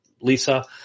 Lisa